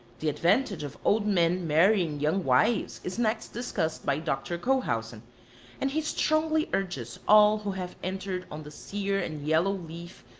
the advantage of old men marrying young wives is next discussed by dr. cohausen and he strongly urges all who have entered on the sere and yellow leaf,